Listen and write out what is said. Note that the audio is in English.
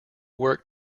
work